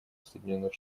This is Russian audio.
соединенных